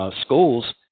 schools